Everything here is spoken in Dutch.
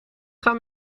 gaan